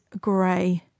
grey